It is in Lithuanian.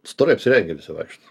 storai apsirengę visi vaikšto